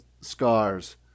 scars